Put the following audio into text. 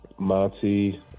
Monty